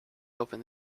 open